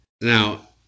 Now